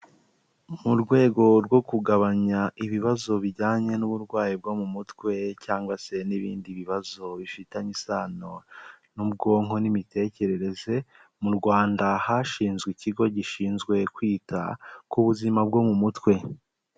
Mu rwego rwo kugabanya ibibazo bijyanye n'uburwayi bwo mu mutwe cyangwa se n'ibindi bibazo bifitanye isano n'ubwonko n'imitekerereze, mu Rwanda hashinzwe ikigo gishinzwe kwita ku buzima bwo mu mutwe.